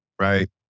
right